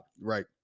Right